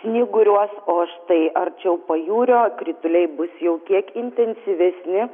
snyguriuos o štai arčiau pajūrio krituliai bus jau kiek intensyvesni